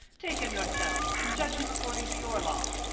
take him yourselves, and judge him according to your law.